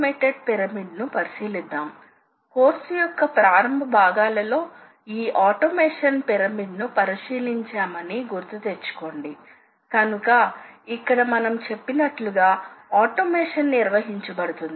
కాబట్టి తప్పని సరిగా ఇది లోహ తొలగింపు అంటే వాస్తవానికి ఇది ఒక కార్బైడ్ డైమండ్ వంటి మీకు తెలిసిన లోహము లతో తయారు చేయబడిన సాధనం ద్వారా తొలగించ బడుతుంది